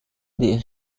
des